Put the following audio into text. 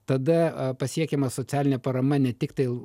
tada pasiekiama socialinė parama ne tiktai